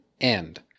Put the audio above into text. end